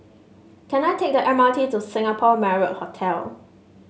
can I take the M R T to Singapore Marriott Hotel